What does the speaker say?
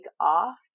off